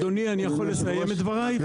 אני יכול לסיים את דבריי?